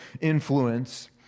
influence